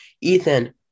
Ethan